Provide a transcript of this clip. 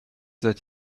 that